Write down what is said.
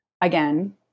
Again